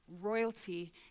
royalty